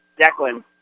Declan